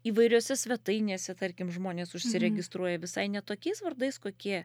įvairiose svetainėse tarkim žmonės užsiregsitruoja visai ne tokiais vardais kokie